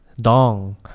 dong